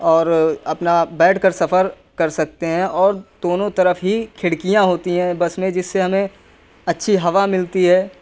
اور اپنا بیٹھ کر سفر کر سکتے ہیں اور دونوں طرف ہی کھڑکیاں ہوتی ہیں بس میں جس سے ہمیں اچھی ہوا ملتی ہے